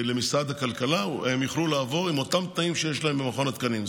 הם יוכלו לעבור למשרד הכלכלה עם אותם תנאים שיש להם במכון התקנים.